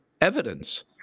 evidence